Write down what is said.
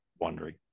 wondering